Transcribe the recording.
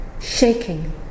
shaking